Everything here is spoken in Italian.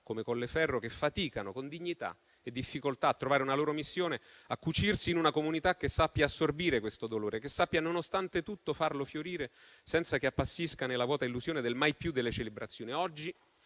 come Colleferro, faticano con dignità e difficoltà a trovare una loro missione e a cucirsi in una comunità che sappia assorbire questo dolore e che, nonostante tutto, sappia farlo fiorire senza che appassisca nella vuota illusione del «mai più» delle celebrazioni.